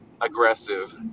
aggressive